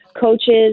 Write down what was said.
coaches